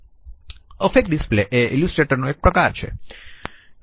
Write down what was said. affect display એ Illustrator નો એક પ્રકાર છે